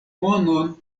monon